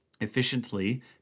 Efficiently